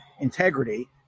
integrity